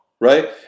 right